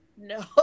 no